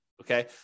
okay